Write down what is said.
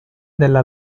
della